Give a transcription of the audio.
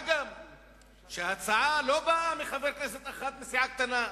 מה גם שההצעה לא באה מחבר כנסת אחד מסיעה קטנה,